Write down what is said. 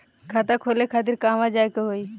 खाता खोले खातिर कहवा जाए के होइ?